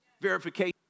Verification